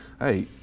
Hey